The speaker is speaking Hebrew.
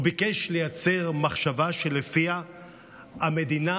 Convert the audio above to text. הוא ביקש לייצר מחשבה שלפיה המדינה